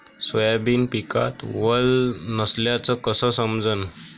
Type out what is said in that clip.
Soybean पिकात वल नसल्याचं कस समजन?